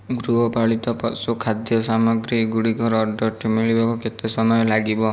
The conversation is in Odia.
ଗୃହପାଳିତ ପଶୁ ଖାଦ୍ୟ ସାମଗ୍ରୀ ଗୁଡ଼ିକର ଅର୍ଡ଼ର୍ଟି ମିଳିବାକୁ କେତେ ସମୟ ଲାଗିବ